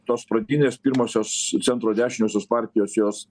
tos pradinės pirmosios centro dešiniosios partijos jos